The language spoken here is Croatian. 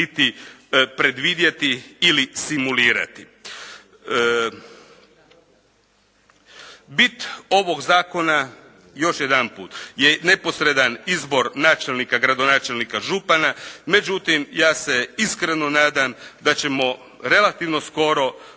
niti predvidjeti ili simulirati. Bit ovog Zakona još jedanput je neposredan izbor načelnika, gradonačelnika, župana, međutim, ja se iskreno nadam da ćemo relativno skoro